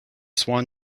swan